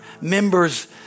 members